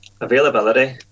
availability